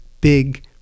big